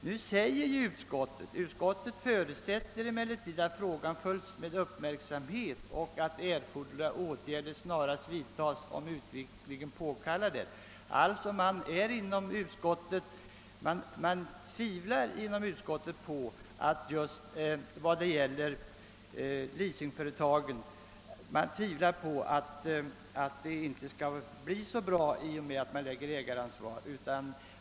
Nu sägs i utlåtandet: »Utskottet förutsätter emellertid att frågan följs med uppmärksamhet och att erforderliga åtgärder snarast vidtas om utvecklingen påkallar det.« Inom utskottet tvivlar man alltså på att det skulle vara så bra när det gäller leasingföretagen att man har ägaransvar.